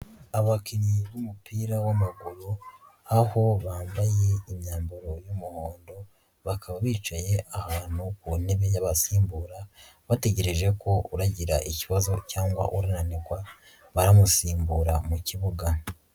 Abakinnyi b'umupira w'amaguru, aho bambaye imyambaro y'umuhondo, bakaba bicaye ahantu ku ntebe y'abasimbura, bategereje ko uragira ikibazo cyangwa urananirwa baramusimbura mu kibuga.